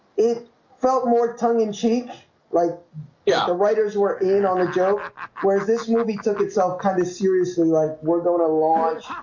it felt more tongue-in-cheek like yeah the writers were in on the joke whereas this movie took itself kind of seriously like we're gonna launch